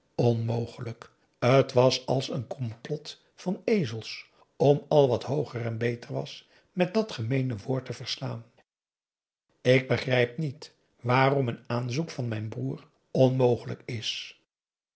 onmogelijk t was als een complot van ezels om al wat hooger en beter was met dat gemeene woord te verslaan ik begrijp niet waarom een aanzoek van mijn broer onmogelijk is